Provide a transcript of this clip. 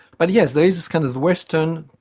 but yes, there is this kind of western,